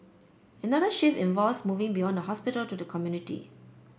another shift involves moving beyond the hospital to the community